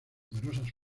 numerosas